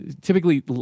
typically